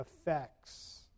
effects